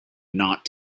not